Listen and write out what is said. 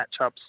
matchups